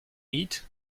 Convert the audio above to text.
eat